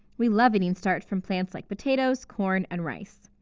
we love eating starch from plants like potatoes, corn, and rice.